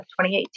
2018